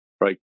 right